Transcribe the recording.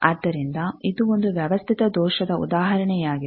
ಆದ್ದರಿಂದ ಇದು ಒಂದು ವ್ಯವಸ್ಥಿತ ದೋಷದ ಉದಾಹರಣೆಯಾಗಿದೆ